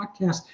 podcast